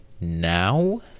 now